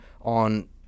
on